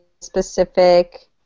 specific